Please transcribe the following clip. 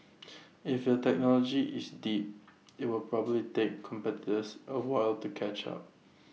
if your technology is deep IT will probably take competitors A while to catch up